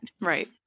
Right